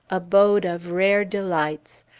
abode of rare delights!